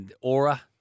Aura